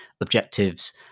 objectives